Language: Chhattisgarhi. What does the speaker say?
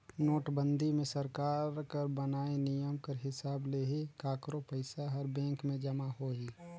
नोटबंदी मे सरकार कर बनाय नियम कर हिसाब ले ही काकरो पइसा हर बेंक में जमा होही